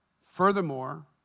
Furthermore